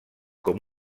com